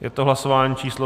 Je to hlasování číslo 195.